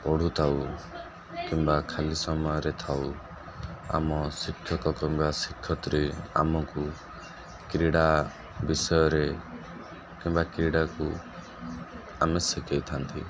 ପଢ଼ୁଥାଉ କିମ୍ବା ଖାଲି ସମୟରେ ଥାଉ ଆମ ଶିକ୍ଷକ କିମ୍ବା ଶିକ୍ଷତ୍ରୀ ଆମକୁ କ୍ରୀଡ଼ା ବିଷୟରେ କିମ୍ବା କ୍ରୀଡ଼ାକୁ ଆମକୁ ଶିଖେଇଥାନ୍ତି